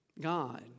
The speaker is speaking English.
God